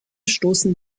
stoßen